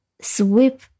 sweep